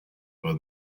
for